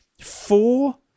four